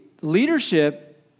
leadership